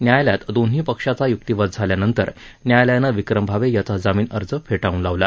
न्यायालयात दोन्ही पक्षाचा य्क्तीवाद झाल्यानंतर न्यायालयानं विक्रम भावे याचा जामिन अर्ज फेटाळून लावला